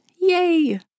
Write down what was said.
Yay